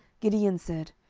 gideon said,